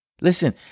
Listen